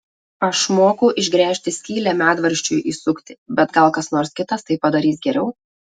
aš moku išgręžti skylę medvaržčiui įsukti bet gal kas nors kitas tai padarys geriau